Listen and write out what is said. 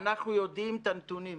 ואנחנו יודעים את הנתונים.